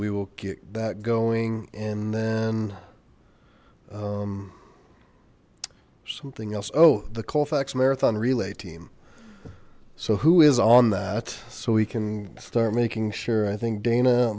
we will get that going and then something else oh the colfax marathon relay team so who is on that so we can start making sure i think dana